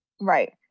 Right